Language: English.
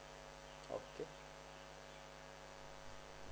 okay